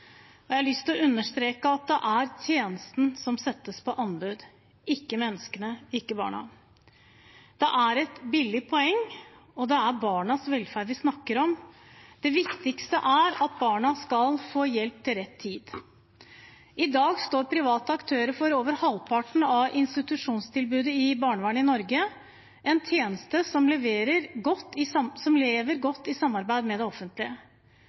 anbud. Jeg har lyst til å understreke at det er tjenesten som settes ut på anbud, ikke menneskene, ikke barna. Det er et billig poeng, det er barnas velferd vi snakker om. Det viktigste er at barna skal få hjelp til rett tid. I dag står private aktører for over halvparten av institusjonstilbudet i barnevernet i Norge, en tjeneste som leveres i godt samarbeid med det offentlige.